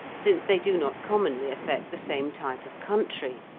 since they do not commonly affect the same type of country